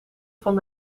van